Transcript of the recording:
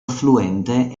affluente